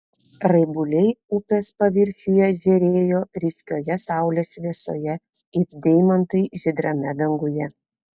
raibuliai upės paviršiuje žėrėjo ryškioje saulės šviesoje it deimantai žydrame danguje